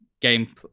game